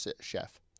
chef